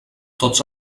tots